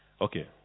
okay